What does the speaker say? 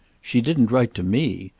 she didn't write to me.